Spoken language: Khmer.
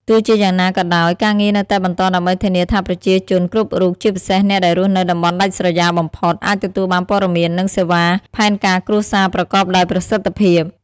ទោះជាយ៉ាងណាក៏ដោយ ការងារនៅតែបន្តដើម្បីធានាថាប្រជាជនគ្រប់រូប ជាពិសេសអ្នកដែលរស់នៅតំបន់ដាច់ស្រយាលបំផុត អាចទទួលបានព័ត៌មាន និងសេវាផែនការគ្រួសារប្រកបដោយប្រសិទ្ធិភាព។